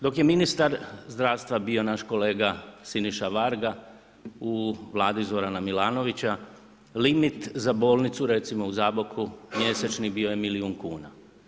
Dok je ministar zdravstva bio naš kolega Siniša Varga u vladi Zorana Milanovića, limit za bolnicu recimo u Zaboku mjesečni bio je milijun kuna.